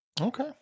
Okay